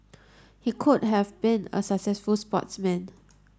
he could have been a successful sportsman